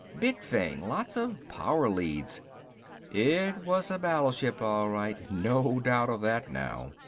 big thing. lots of power leads it was a battleship all right, no doubt of that now.